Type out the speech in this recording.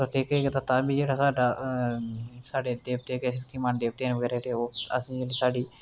मत्था टेकग ते तां बी साढ़ा साढ़े देवते केह् आखदे इमानदार देवते न मेरे ओह् असेंगी साढ़ी